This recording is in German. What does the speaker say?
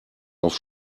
auf